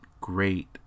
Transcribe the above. great